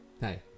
Hey